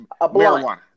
marijuana